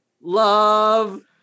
love